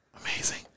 amazing